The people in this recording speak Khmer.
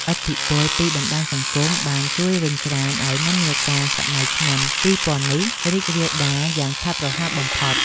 ឥទ្ធិពលពីបណ្តាញសង្គមបានជួយរុញច្រានឱ្យនិន្នាការសម័យឆ្នាំពីរពាន់នេះរីករាលដាលយ៉ាងឆាប់រហ័សបំផុត។